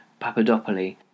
Papadopoli